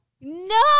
No